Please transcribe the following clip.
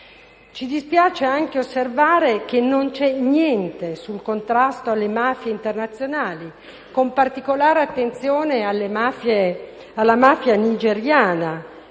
Ci dispiace anche osservare che non c'è niente sul contrasto alle mafie internazionali, con particolare attenzione a quella nigeriana,